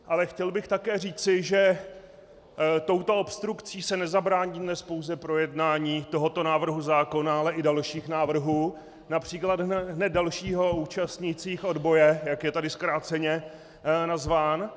Ale chtěl bych také říci, že touto obstrukcí se nezabrání dnes pouze projednání tohoto návrhu zákona, ale i dalších návrhů, např. hned dalšího, o účastnících odboje, jak je tady zkráceně nazván.